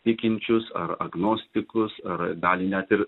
tikinčius ar agnostikus ar dalį net ir